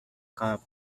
cop